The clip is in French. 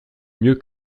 mieux